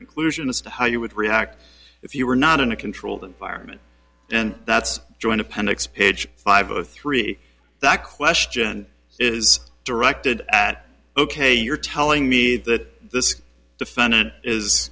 conclusion as to how you would react if you were not in a controlled environment that's joint appendix page five zero three that question is directed at ok you're telling me that this